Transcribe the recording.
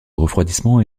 refroidissement